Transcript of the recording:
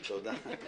תודה.